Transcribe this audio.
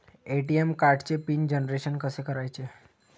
ATM कार्डचे pin generation कसे करायचे?